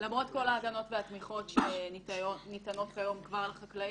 למרות כל ההגנות והתמיכות שניתנות כיום כבר לחקלאים,